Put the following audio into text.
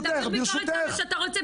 תעביר ביקורת כמה שאתה רוצה,